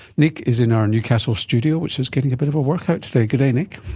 nick is in our newcastle studio, which is getting a bit of a workout today. today nick.